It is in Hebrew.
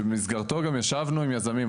שבמסגרתו גם ישבנו עם יזמים,